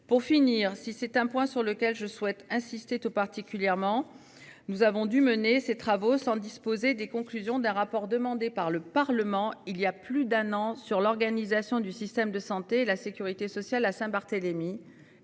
Pour finir, si c'est un point sur lequel je souhaite insister tout particulièrement, nous avons dû mener ses travaux sans disposer des conclusions d'un rapport demandé par le Parlement il y a plus d'un an sur l'organisation du système de santé et la sécurité sociale à Saint-Barthélemy